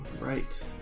right